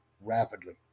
rapidly